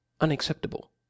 unacceptable